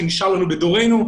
שנשאר לנו בדורנו,